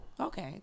Okay